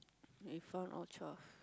we found all twelve